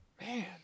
Man